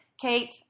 Kate